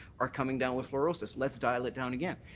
are coming down with fluorisis, let's dial it down again.